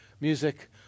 music